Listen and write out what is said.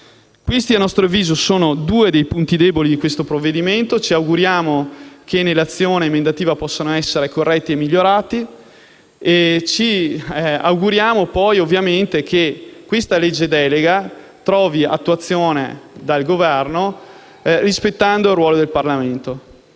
Questi, a nostro avviso, sono due dei punti deboli di questo provvedimento e ci auguriamo che nell'azione emendativa possano essere corretti e migliorati. Auspichiamo altresì che questa legge delega trovi attuazione da parte del Governo rispettando il ruolo del Parlamento.